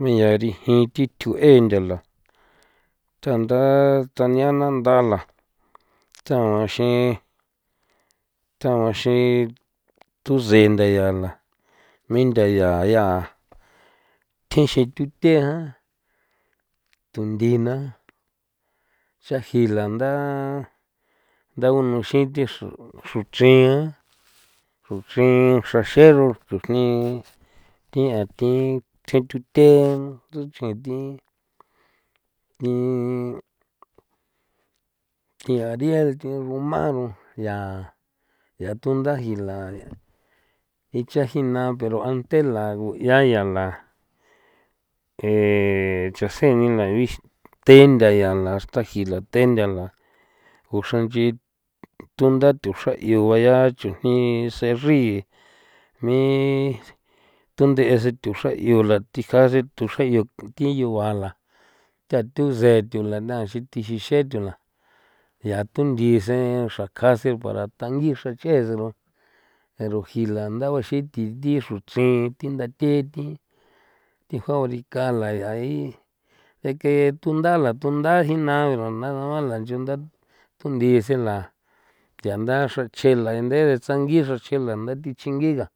mi yaa rijin thi thjuꞌe ntha la tanda tania na nda la tsaxin taxin tusen nda ya la mi ntha ya ya thjixin tute jan tunthi na cha ji la nda ndaununxin thi xro xruchrian xruchrin xra xelo chujni thian thithjin tuthe tuchji thi thi thin ariel thi roma ya ya tunda jila icha jina pero ante la guaiꞌa ya la echa sen ni na gexin te ntha ya la hasta ji la ten ntha la uxranchi tunda tho xra yua ya chujni sen nchri ni tundeꞌe sen tho xraꞌyula thi jase tuxrayo thi yua la ya thusen tho la na xe thigi xe tho la ya tunthi sen xraka sen para tangi xrachjen sen lo ero ji la ndauxin thi gi xruxrin thi ndathi thi jao dika la yai eke tunda la tunda jina aro ndasuan la ncho ndatsunthi sen la ya ndaxra che la nde tsangi xrache la ndathi tsingi ga.